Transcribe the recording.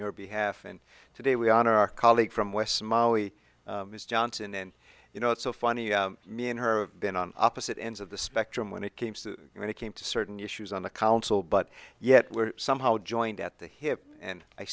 your behalf and today we honor our colleague from west molly ms johnson and you know it's so funny me and her been on opposite ends of the spectrum when it came to going to came to certain issues on the council but yet we're somehow joined at the hip and i